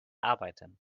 arbeiten